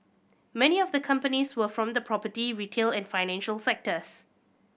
many of the companies were from the property retail and financial sectors